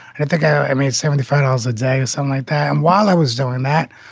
and i think i made seventy five dollars a day so like that. and while i was doing that,